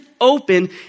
open